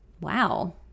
Wow